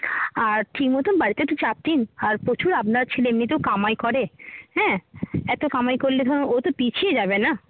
আর ঠিক মতন বাড়িতে একটু চাপ দিন আর প্রচুর আপনার ছেলে এমনিতেও কামাই করে হ্যাঁ এত কামাই করলে ধরুন ও তো পিছিয়ে যাবে না